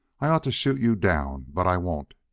i ought to shoot you down, but i won't.